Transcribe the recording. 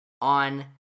on